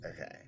Okay